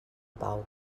pau